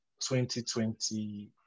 2020